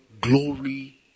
glory